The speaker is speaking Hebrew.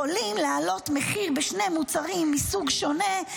יכולים להעלות מחיר בשני מוצרים מסוג שונה,